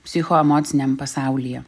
psichoemociniam pasaulyje